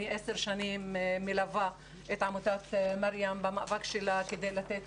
אני עשר שנים מלווה את עמותת 'מרים' במאבק שלה כדי לתת